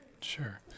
Sure